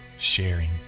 sharing